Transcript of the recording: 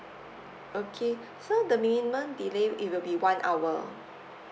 okay so the minimum delay it will be one hour